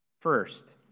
First